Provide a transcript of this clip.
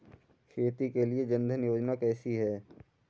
खेती के लिए जन धन योजना कैसी है?